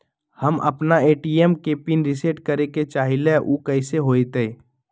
हम अपना ए.टी.एम के पिन रिसेट करे के चाहईले उ कईसे होतई?